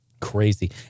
Crazy